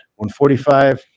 145